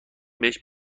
بهش